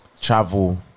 travel